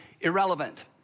irrelevant